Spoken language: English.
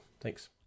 Thanks